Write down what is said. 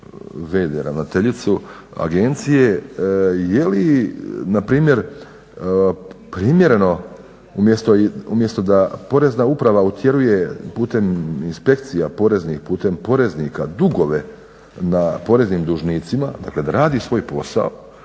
vd ravnateljicu agencije, jeli npr. primjereno umjesto da Porezna uprava utjeruje putem inspekcija poreznih, putem poreznika dugove na poreznim dužnicima, dakle da radi svoj posao